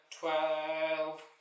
twelve